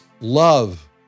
love